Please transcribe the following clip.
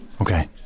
Okay